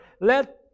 Let